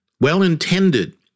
well-intended